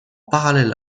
parallèle